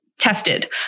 tested